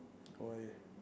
why